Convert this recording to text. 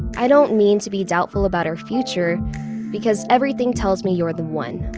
i don't mean to be doubtful about our future because everything tells me you're the one.